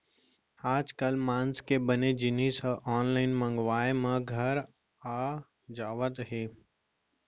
आजकाल मांस के बने जिनिस ह आनलाइन मंगवाए म घर आ जावत हे